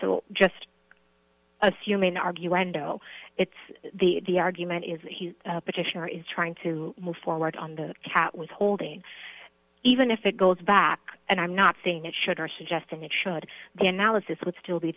so just a few main argue endo it's the the argument is he a petitioner is trying to move forward on the cat withholding even if it goes back and i'm not saying it should or suggesting it should the analysis would still be